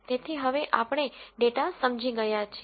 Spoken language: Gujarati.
તેથી હવે આપણે ડેટા સમજી ગયા છીએ